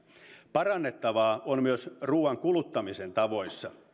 parannettavaa on myös ruuan kuluttamisen tavoissa